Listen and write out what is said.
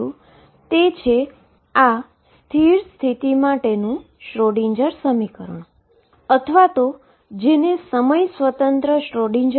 તેથી પોટેંશિયલ જે m દળ ધરાવતા પાર્ટીકલ માટે 12m2x2 દ્વારા આપવામાં આવે છે તેથી વેવનું સમીકરણ અથવા શ્રોડિંજર સમીકરણ 22md2dx2 12m2x2ψEψ થશે